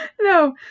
no